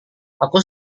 aku